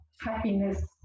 happiness